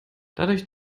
dadurch